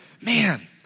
man